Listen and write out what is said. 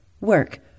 Work